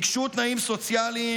ביקשו תנאים סוציאליים,